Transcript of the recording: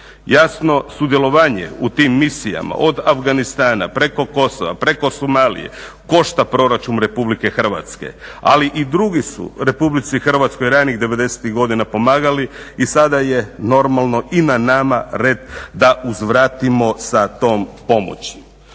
Jasno, sudjelovanje u tim misijama od Afganistana, preko Kosova, preko Somalije košta proračun Republike Hrvatske ali i drugi su Republici Hrvatskoj ranih 90. godina pomagali li sada je normalno i na nama red da uzvratimo sa tom pomoći.